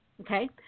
Okay